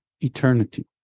eternity